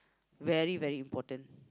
very very important